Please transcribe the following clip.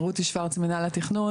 רותי שורץ, מינהל התכנון.